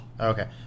Okay